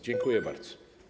Dziękuję bardzo.